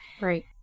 Right